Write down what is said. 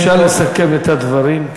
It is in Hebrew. אפשר לסכם את הדברים?